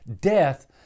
death